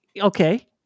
Okay